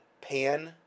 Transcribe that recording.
Pan